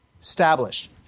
establish